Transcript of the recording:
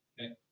Okay